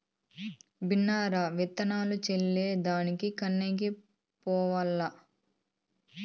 బిన్నే రా, విత్తులు చల్లే దానికి కయ్యకి పోవాల్ల